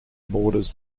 borders